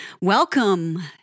Welcome